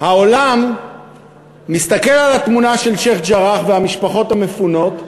העולם מסתכל על התמונה של שיח'-ג'ראח והמשפחות המפונות,